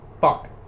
fuck